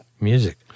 music